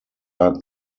are